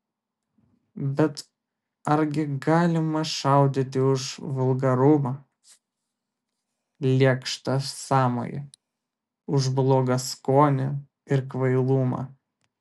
bet argi galima šaudyti už vulgarumą lėkštą sąmojį už blogą skonį ir kvailumą